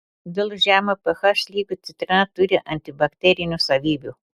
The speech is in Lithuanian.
dėl žemo ph lygio citrina turi antibakterinių savybių